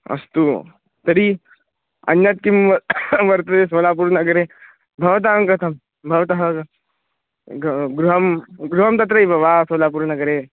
अस्तु तर्हि अन्यत् किं वर्तते सोलापुरनगरे भवतः गतः भवतः ग् गृहं गृहं तत्रैव वा सोलापुरनगरे